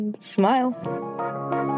smile